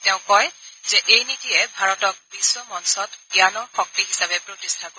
তেওঁ কয় যে এই নীতিযে ভাৰতক বিশ্বমঞ্চত জানৰশক্তি হিচাবে প্ৰতিষ্ঠা কৰিব